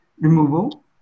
removal